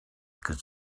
could